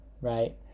right